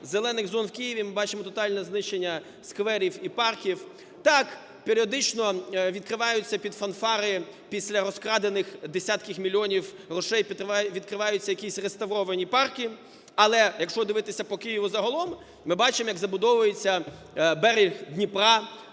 зелених зон в Києві, ми бачимо тотальне знищення скверів і парків. Так, періодично відкриваються під фанфари після розкрадених десятків мільйонів грошей, відкриваються якісь реставровані парки. Але, якщо дивитися по Києву загалом, ми бачимо, як забудовується берег Дніпра